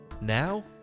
Now